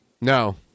No